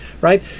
right